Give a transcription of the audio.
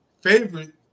favorite